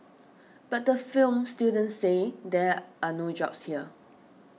but the film students say there are no jobs here